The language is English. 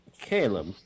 Caleb